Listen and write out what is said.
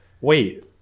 wait